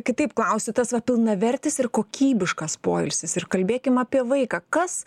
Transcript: kitaip klausiu tas va pilnavertis ir kokybiškas poilsis ir kalbėkim apie vaiką kas